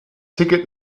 ticket